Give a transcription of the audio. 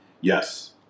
Yes